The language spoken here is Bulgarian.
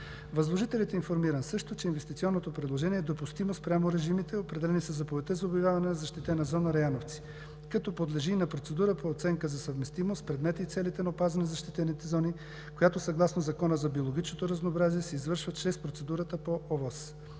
Възложителят е информиран също, че инвестиционното предложение е допустимо спрямо режимите, определени със заповедта за обявяване на защитена зона – Раяновци, като подлежи на процедура по оценка за съвместимост, предметите и целите на опазване на защитените зони, която съгласно Закона за биологичното разнообразие се извършва чрез процедурата по